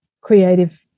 creative